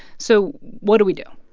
so what do we do?